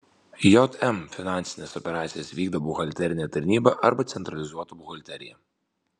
jm finansines operacijas vykdo buhalterinė tarnyba arba centralizuota buhalterija